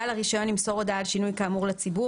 בעל הרישיון ימסור הודעה על שינוי כאמור לציבור,